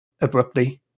abruptly